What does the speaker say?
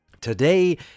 today